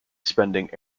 spending